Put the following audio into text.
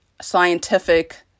scientific